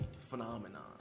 phenomenon